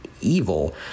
evil